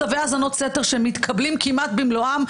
צווי האזנות סתר שמתקבלים כמעט במלואם,